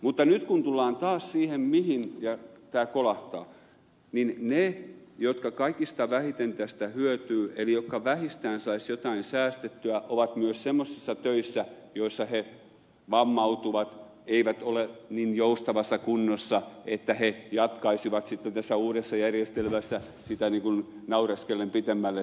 mutta nyt kun tullaan taas siihen mihin tämä kolahtaa niin ne jotka kaikista vähiten tästä hyötyvät eli jotka vähistään saisivat jotain säästettyä ovat myös semmoisissa töissä jossa he vammautuvat eivät ole niin joustavassa kunnossa että he jatkaisivat sitten tässä uudessa järjestelmässä sitä työssäoloaikaansa niin kuin naureskellen pitemmälle